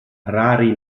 rari